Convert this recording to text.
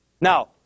Now